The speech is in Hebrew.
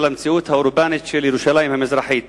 למציאות האורבנית של ירושלים המזרחית.